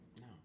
No